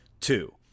Two